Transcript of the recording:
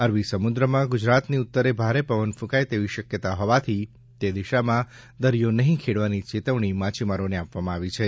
અરબી સમુદ્રમાં ગુજરાતની ઉત્તરે ભારે પવન ફૂંકાય તેવી શકયતા હોવાથી તે દિશામાં દરિયો નહિં ખેડવાની ચેતવણી માછીમારોને આપવામાં આવી છે